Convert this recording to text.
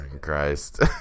Christ